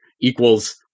equals